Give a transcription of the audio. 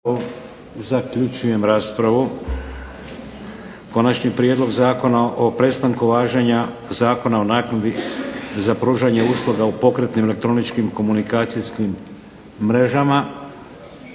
Prelazimo na Konačni prijedlog zakona o prestanku važenja Zakona o naknadi za pružanje usluga u pokretnim elektroničkim komunikacijskim mrežama.